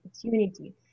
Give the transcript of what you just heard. opportunity